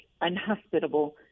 unhospitable